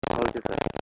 okay sir